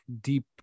deep